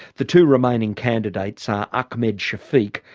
the two remaining candidates are ahmed shafiq,